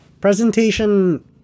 Presentation